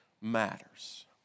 matters